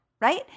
right